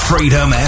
Freedom